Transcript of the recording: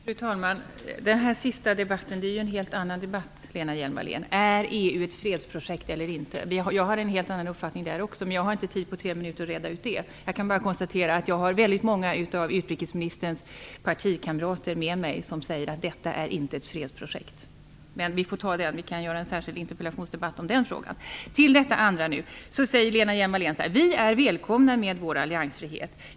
Fru talman! Den här sista debatten är ju en helt annan debatt, Lena Hjelm-Wallén. Är EU ett fredsprojekt eller inte? Jag har en helt annan uppfattning där också, men jag hinner inte reda ut det på tre minuter. Jag kan bara konstatera att jag har väldigt många av utrikesministerns partikamrater med mig när jag säger att detta inte är ett fredsprojekt. Men vi kan ha en särskild interpellationsdebatt om den frågan. När det gäller den andra frågan sade Lena Hjelm Wallén att vi är välkomna med vår alliansfrihet.